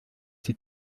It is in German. die